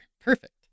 Perfect